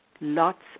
lots